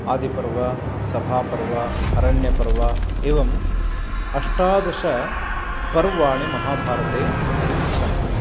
आदिपर्व सभापर्व अरण्यपर्व एवं अष्टादशपर्वाणि महाभारते सन्ति